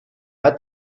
hat